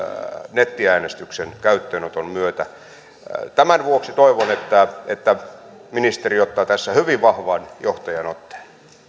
nettiäänestyksen käyttöönoton myötä tämän vuoksi toivon että että ministeri ottaa tässä hyvin vahvan johtajan otteen